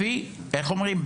איך אומרם,